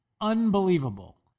unbelievable